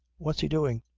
what's he doing?